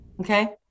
okay